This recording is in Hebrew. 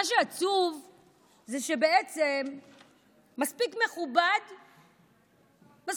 מה שעצוב זה שבעצם מספיק מכובד להיות שר אוצר,